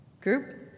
group